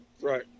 Right